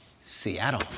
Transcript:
Seattle